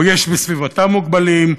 או יש בסביבתם מוגבלים,